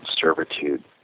servitude